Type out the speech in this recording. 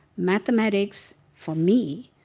mathematics, for me,